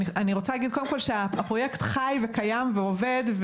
אני רוצה להגיד שהפרויקט חי וקיים ועובד,